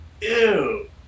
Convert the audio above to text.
ew